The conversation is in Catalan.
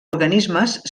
organismes